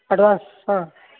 advance ಹಾಂ